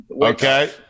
Okay